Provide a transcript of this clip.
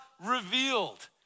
revealed